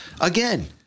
Again